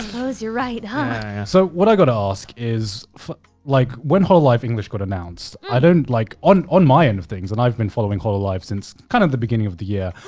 suppose you're right huh. so what i gotta ask is like when hololive english got announced, i don't like. on on my end of things, and i've been following hololive since kind of the beginning of the year.